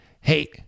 Hey